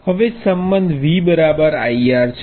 હવે સંબંધ V IR છે